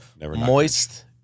moist